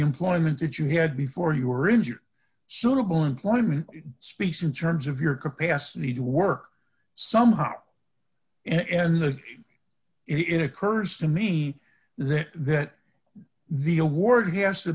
employment that you had before you were injured suitable employment speaks in terms of your capacity to work somehow in the it occurs to me that that the award has to